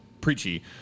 preachy